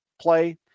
play